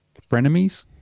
Frenemies